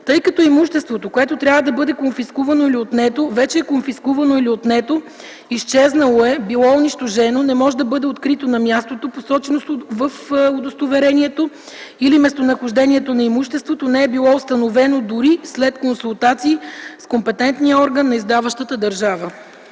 тъй като имуществото, което трябва да бъде конфискувано или отнето, вече е конфискувано или отнето, изчезнало е, било е унищожено, не може да бъде открито на мястото, посочено в удостоверението, или местонахождението на имуществото не е било установено дори след консултации с компетентния орган на издаващата държава.”